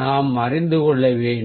நாம் அறிந்து கொள்ள வேண்டும்